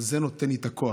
אבל זה נותן לי את הכוח.